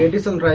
isn't